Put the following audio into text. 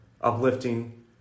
uplifting